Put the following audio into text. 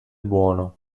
buono